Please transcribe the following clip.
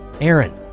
Aaron